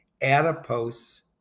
adipose